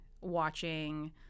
watching